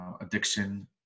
Addiction